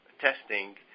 testing